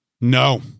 No